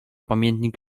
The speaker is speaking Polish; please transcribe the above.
pamiętnik